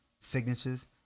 signatures